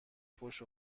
پشت